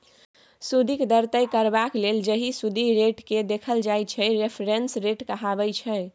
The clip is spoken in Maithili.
सुदिक दर तय करबाक लेल जाहि सुदि रेटकेँ देखल जाइ छै रेफरेंस रेट कहाबै छै